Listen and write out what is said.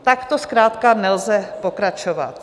Takto zkrátka nelze pokračovat.